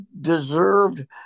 deserved